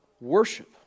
worship